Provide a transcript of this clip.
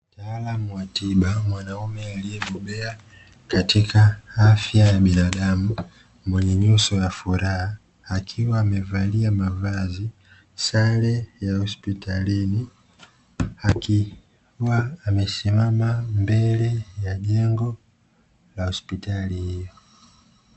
Mtaalamu wa tiba, mwanaume aliyebobea katika afya ya binadamu, mwenye nyuso ya furaha, akiwa amevalia mavazi sare ya hospitalini, akiwa amesimama mbele ya jengo la hospitali hiyo.